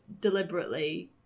deliberately